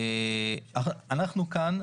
אנחנו כאן,